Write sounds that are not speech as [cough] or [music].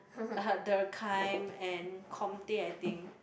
[laughs] Durkheim and Comte I think